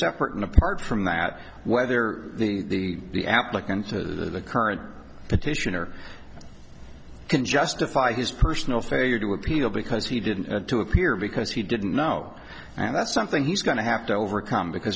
separate and apart from that whether the the applicant to the current petitioner can justify his personal failure to appeal because he didn't to appear because he didn't know and that's something he's going to have to overcome because